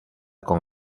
con